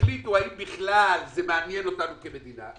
תחליטו אם בכלל זה מעניין אותנו כמדינה.